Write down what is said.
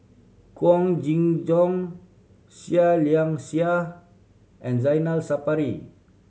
Wong Kin Jong Seah Liang Seah and Zainal Sapari